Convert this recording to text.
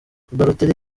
balotelli